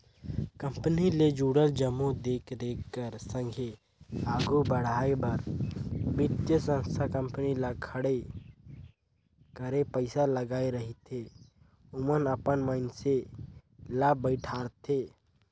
company ले जुड़ल जम्मो देख रेख कर संघे आघु बढ़ाए बर बित्तीय संस्था कंपनी ल खड़े करे पइसा लगाए रहिथे ओमन अपन मइनसे ल बइठारथे